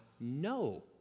no